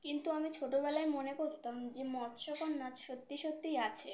কিন্তু আমি ছোটোবেলায় মনে করতাম যে মৎস্যকন্যা সত্যি সত্যিই আছে